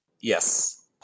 Yes